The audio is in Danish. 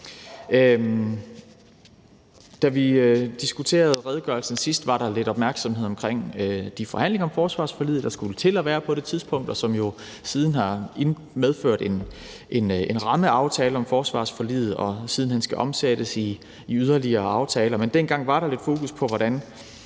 arktiske redegørelse, var der lidt opmærksomhed omkring de forhandlinger om forsvarsforliget, der skulle til at være på det tidspunkt, og som jo siden har medført en rammeaftale om forsvarsforliget og skal omsættes i yderligere aftaler. Men dengang var der lidt fokus på, hvordan